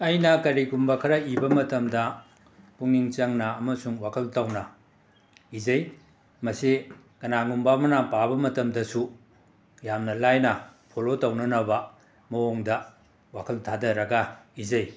ꯑꯩꯅ ꯀꯔꯤꯒꯨꯝꯕ ꯈꯔ ꯏꯕ ꯃꯇꯝꯗ ꯄꯨꯛꯅꯤꯡ ꯆꯪꯅ ꯑꯃꯁꯨꯡ ꯋꯥꯈꯜ ꯇꯧꯅ ꯏꯖꯩ ꯃꯁꯤ ꯀꯅꯥꯒꯨꯝꯕ ꯑꯃꯅ ꯄꯥꯕ ꯃꯇꯝꯗꯁꯨ ꯌꯥꯝꯅ ꯂꯥꯏꯅ ꯐꯣꯂꯣ ꯇꯧꯅꯅꯕ ꯃꯑꯣꯡꯗ ꯋꯥꯈꯜ ꯊꯥꯗꯔꯒ ꯏꯖꯩ